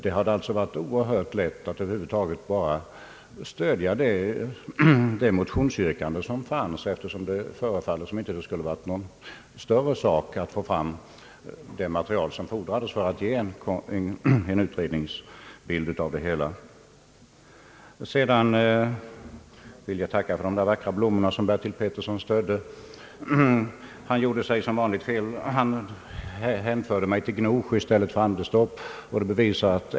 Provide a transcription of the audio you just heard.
Man hade bara behövt stödja det motionsyrkande som förelåg, så skulle det varit mycket lätt att få fram erforderligt material för att ge en klar utredningsbild. Sedan vill jag tacka för de vackra blommor som herr Bertil Petersson strödde. Han hänförde mig till Gnosjö i stället för till Anderstorp.